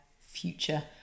future